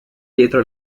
dietro